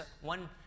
one